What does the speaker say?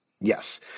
Yes